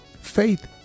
Faith